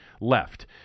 left